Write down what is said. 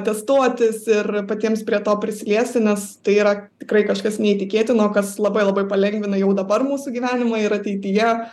testuotis ir patiems prie to prisiliesti nes tai yra tikrai kažkas neįtikėtino kas labai labai palengvina jau dabar mūsų gyvenimą ir ateityje